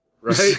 right